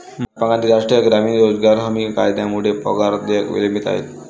महात्मा गांधी राष्ट्रीय ग्रामीण रोजगार हमी कायद्यामुळे पगार देयके विलंबित आहेत